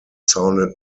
sounded